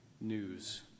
news